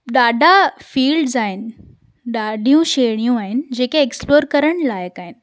ॾाढा फ़िल्ड्स आहिनि ॾाढियूं श्रेणियूं आहिनि जेके एक्स्प्लोर करण लाइक़ आहिनि